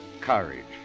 courage